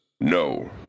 no